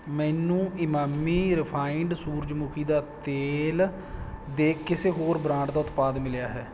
ਮੈਨੂੰ ਇਮਾਮੀ ਰਿਫਾਇੰਡ ਸੂਰਜਮੁਖੀ ਦਾ ਤੇਲ ਦੇ ਕਿਸੇ ਹੋਰ ਬ੍ਰਾਂਡ ਦਾ ਉਤਪਾਦ ਮਿਲਿਆ ਹੈ